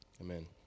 Amen